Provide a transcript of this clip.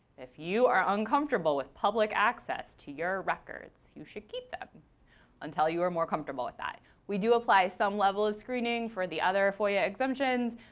if you are uncomfortable with public access to your records, you should keep them until you are more comfortable with that. we do apply some level of screening for the other foia exemptions.